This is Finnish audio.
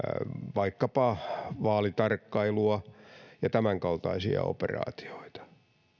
vaikkapa vaalitarkkailua ja tämänkaltaisia operaatioita